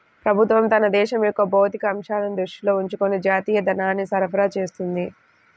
ప్రభుత్వం తన దేశం యొక్క భౌతిక అంశాలను దృష్టిలో ఉంచుకొని జాతీయ ధనాన్ని సరఫరా చేస్తుంది